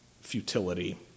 futility